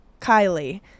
Kylie